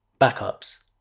backups